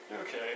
Okay